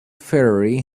ferrari